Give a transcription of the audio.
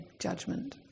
judgment